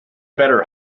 better